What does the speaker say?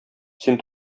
син